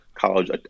college